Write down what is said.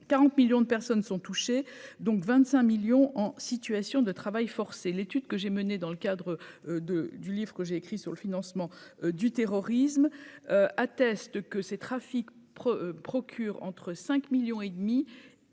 40 millions de personnes sont touchées, donc 25 millions en situation de travail forcé, l'étude que j'ai menée dans le cadre de du livre que j'ai écrit sur le financement du terrorisme attestent que ces trafics procure entre 5 millions et